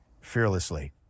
fearlessly